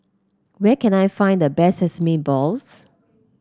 where can I find the best Sesame Balls